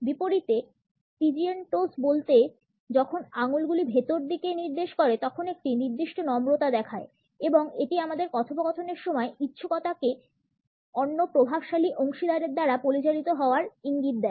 বিপরীতে pigeon toes বলতে যখন আঙ্গুলগুলি ভিতরের দিকে নির্দেশ করে তখন একটি নির্দিষ্ট নম্রতা দেখায় এবং এটি আমাদের কথপোকথনের সময় ইচ্ছুকতাকে অন্য প্রভাবশালী অংশীদারের দ্বারা পরিচালিত হওয়ার ইঙ্গিত দেয়